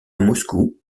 moscou